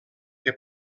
que